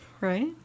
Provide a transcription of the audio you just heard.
right